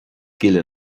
gile